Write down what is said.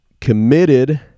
committed